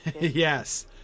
Yes